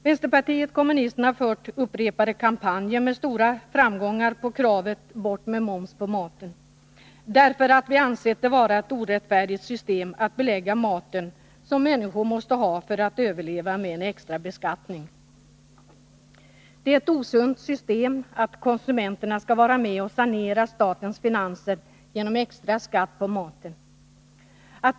Vänsterpartiet kommunisterna har fört upprepade kampanjer, med stora framgångar, på kravet Bort med moms på maten. Vi har gjort det därför att vi anser det vara ett orättfärdigt system att man belägger maten, som människor måste ha för att överleva, med en extra beskattning. Det är ett osunt system att konsumenterna skulle vara med och sanera statens finanser genom extra skatt på maten.